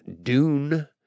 Dune